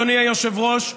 אדוני היושב-ראש,